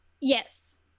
Yes